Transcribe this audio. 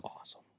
awesome